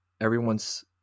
everyone's